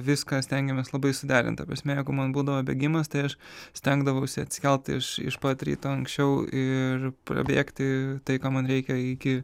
viską stengiamės labai suderint ta prasme jeigu man būdavo bėgimas tai aš stengdavausi atsikelt iš iš pat ryto anksčiau ir prabėgti tai ką man reikia iki